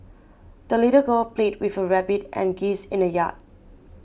the little girl played with her rabbit and geese in the yard